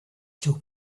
still